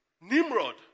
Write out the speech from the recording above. Nimrod